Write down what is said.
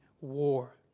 war